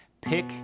pick